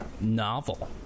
novel